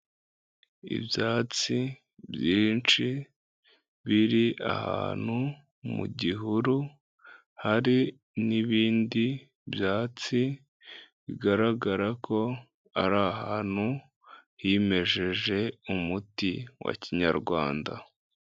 Ibyatsi byinshi biri ahantu mu gihuru, hari n'ibindi byatsi bigaragara ko ari ahantu himejeje umuti wa kinyarwanda.